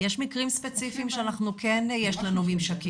יש מקרים ספציפיים שכן יש לנו ממשקים איתם,